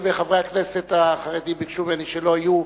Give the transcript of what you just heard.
והואיל וחברי הכנסת החרדים ביקשו ממני שלא יהיו